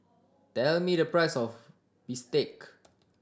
tell me the price of bistake